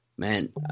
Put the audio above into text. Man